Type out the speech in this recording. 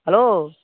hello